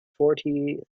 forty